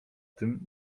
tym